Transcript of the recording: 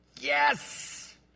Yes